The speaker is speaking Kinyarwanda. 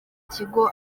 ikigo